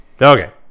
Okay